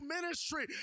ministry